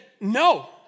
no